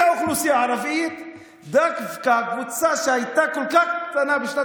האוכלוסייה הערבית הוא דווקא הקבוצה שהייתה כל כך קטנה בשנת